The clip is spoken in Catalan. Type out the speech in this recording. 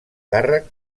càrrec